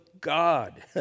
God